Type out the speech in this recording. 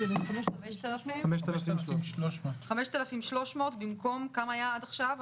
5,300. 5,300 במקום כמה היה עד עכשיו?